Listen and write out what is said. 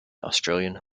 australian